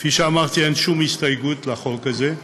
כפי שאמרתי, אין שום הסתייגות לחוק הזה,